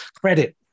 credit